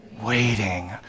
Waiting